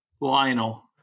Lionel